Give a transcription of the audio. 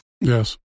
Yes